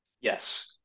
Yes